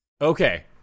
Okay